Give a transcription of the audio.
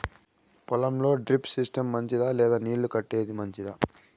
పొలం లో drip system మంచిదా లేదా నీళ్లు కట్టేది మంచిదా?